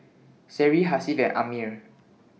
Seri Hasif and Ammir